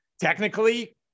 technically